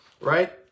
right